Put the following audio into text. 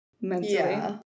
mentally